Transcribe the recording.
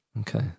okay